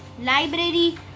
Library